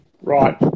Right